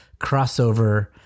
crossover